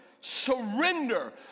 surrender